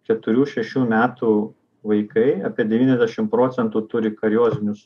keturių šešių metų vaikai apie devyniasdešim procentų turi kariozinius